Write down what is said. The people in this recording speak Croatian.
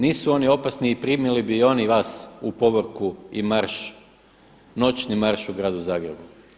Nisu oni opasni i primili bi i oni vas u povorku i marš, noćni marš u gradu Zagrebu.